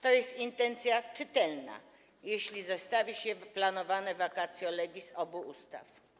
To jest intencja czytelna, jeśli zestawi się planowane vacatio legis obu ustaw.